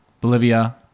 Bolivia